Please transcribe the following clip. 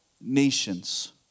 nations